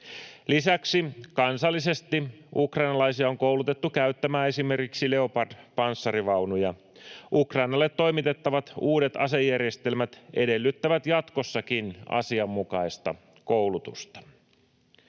Lisäksi kansallisesti ukrainalaisia on koulutettu käyttämään esimerkiksi Leopard-panssarivaunuja. Ukrainalle toimitettavat uudet asejärjestelmät edellyttävät jatkossakin asianmukaista koulutusta.